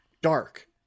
dark